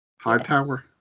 Hightower